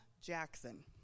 Jackson